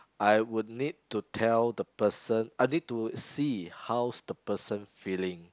I would need to tell the person I need to see how's the person feeling